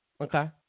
Okay